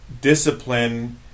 Discipline